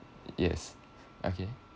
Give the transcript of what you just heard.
yes okay